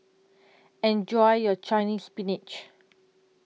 Enjoy your Chinese Spinach